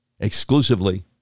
exclusively